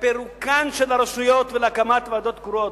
לפירוקן של הרשויות ולהקמת ועדות קרואות.